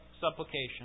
supplication